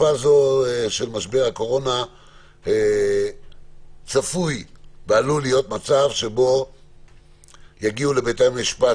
בתקופה זו של משבר הקורונה צפוי ועלול להיות מצב שבו יגיעו לבתי המשפט,